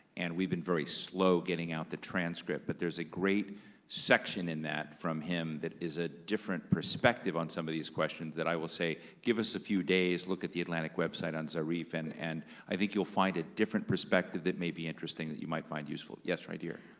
and we've been very slow getting out the transcript, but there's a great section in that from him that is a different perspective on some of these questions that i will say, give us a few days. look at the atlantic website on zarif, and and i think you'll find a different perspective that may be interesting that you might find useful. yes, right here.